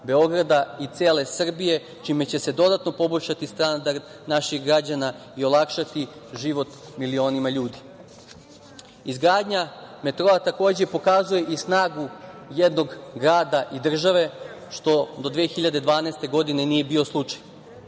Beograda i cele Srbije, čime će se dodatno poboljšati standard naših građana i olakšati život milionima ljudi. Izgradnja metroa takođe pokazuje i snagu jednog grada i države, što do 2012. godine nije bio